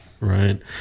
Right